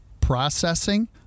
processing